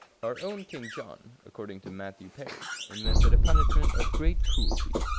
our own king john, according to matthew paris, invented a punishment of great cruelty.